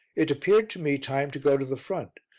it appeared to me time to go to the front,